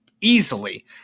easily